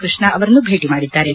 ಕೃಷ್ಣ ಅವರನ್ನು ಭೇಟಿ ಮಾಡಿದ್ದಾರೆ